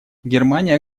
германия